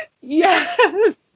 Yes